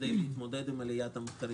כדי להתמודד עם עליית המחירים.